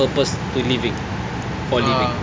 purpose to living for living